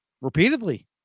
repeatedly